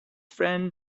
friend